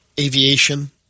aviation